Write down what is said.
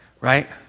Right